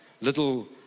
little